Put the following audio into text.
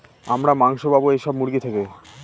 আমরা মাংস পাবো এইসব মুরগি থেকে